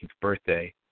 birthday